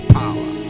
power